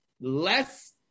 less